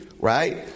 Right